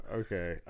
okay